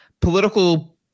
political